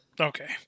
Okay